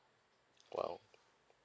!wow!